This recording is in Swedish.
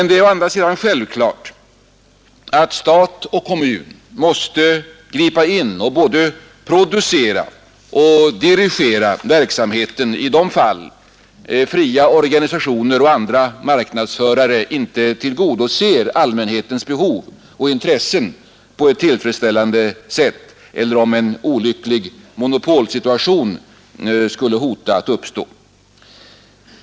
Det är å andra sidan självklart att stat och kommun måste gripa in och både producera och dirigera verksamheten i de fall fria organisationer och andra marknadsförare inte tillgodoser allmänhetens behov och intressen på ett tillfredsställande sätt eller om en olycklig monopolsituation skulle hota att uppstå.